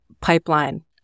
pipeline